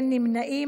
אין נמנעים.